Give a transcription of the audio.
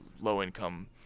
low-income